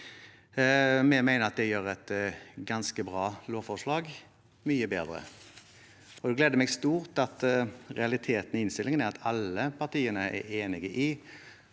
Vi mener at det gjør et ganske bra lovforslag mye bedre, og det gleder meg stort at realiteten i innstillingen er at alle partiene er enig i